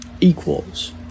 equals